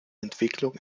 entwicklung